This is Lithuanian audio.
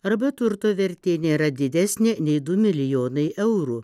arba turto vertė nėra didesnė nei du milijonai eurų